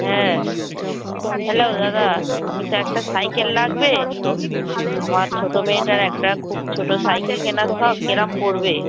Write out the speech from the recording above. হ্যাঁ হ্যালো দাদা আমি তো একটা সাইকেল লাগবে আমার ছোটো মেয়েটার একটা খুব ছোটো সাইকেল কেনার শখ কিরম পড়বে